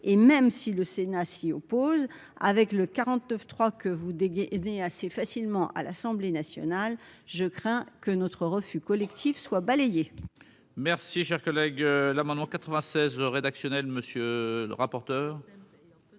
et même si le Sénat s'y avec le 49 3 que vous dégainez assez facilement à l'Assemblée nationale, je crains que notre refus collectif soit balayé. Merci, cher collègue, l'amendement 96 rédactionnel, monsieur le rapporteur.